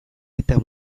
eta